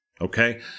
okay